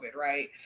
right